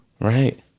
right